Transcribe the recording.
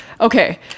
Okay